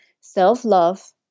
self-love